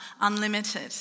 unlimited